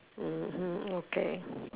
mmhmm okay